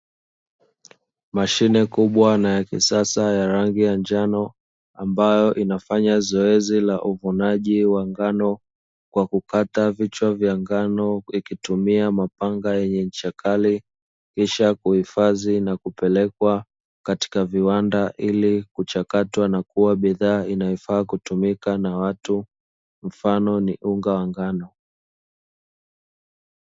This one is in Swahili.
Mashine kubwa na ya kisasa ya rangi ya njano ambayo inafanya zoezi la uvunaji wa ngano kwa kukata vichwa vya ngano ikitumia mapanga yenye ncha kali kisha kuhifadhi na kupelekwa katika viwanda ili kuchakatwa na kuwa bidhaa inayofaa kutumika na watu mfano ni unga wa ngano.